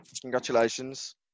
Congratulations